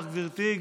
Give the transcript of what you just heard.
תודה לך, גברתי.